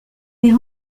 des